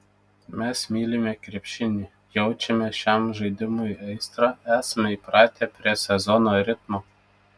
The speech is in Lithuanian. mes mylime krepšinį jaučiame šiam žaidimui aistrą esame įpratę prie sezono ritmo